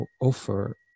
offer